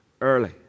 early